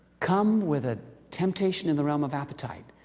come with a temptation in the realm of appetite,